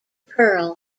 perl